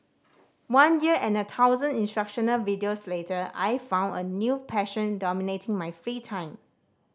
one year and a thousand instructional videos later I found a new passion dominating my free time